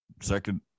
Second